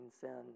sin